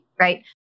right